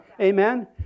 Amen